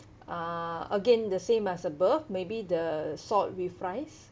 uh again the same as above maybe the salt with fries